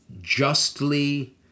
justly